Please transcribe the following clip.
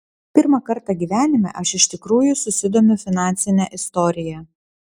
pirmą kartą gyvenime aš iš tikrųjų susidomiu finansine istorija